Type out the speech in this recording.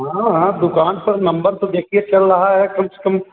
हाँ हाँ दुकान पर नम्बर तो देखिये चल रहा है कम से कम